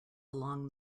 along